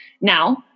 Now